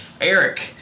Eric